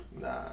Nah